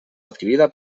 adquirida